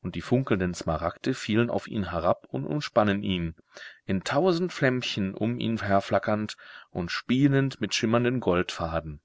und die funkelnden smaragde fielen auf ihn herab und umspannen ihn in tausend flämmchen um ihn herflackernd und spielend mit schimmernden goldfaden